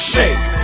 Shake